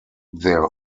their